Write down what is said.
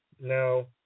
now